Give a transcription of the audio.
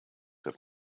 have